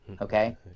Okay